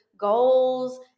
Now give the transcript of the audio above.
goals